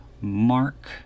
Mark